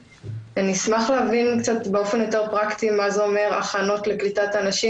נשמח להבין באופן יותר פרקטי מה זה אומר "הכנות לקליטת אנשים